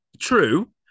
true